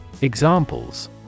Examples